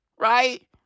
right